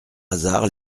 hasard